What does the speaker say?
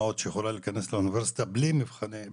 מה עוד שהיא יכולה להיכנס לאוניברסיטה בלי מבחני.